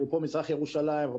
אפרופו מזרח ירושלים,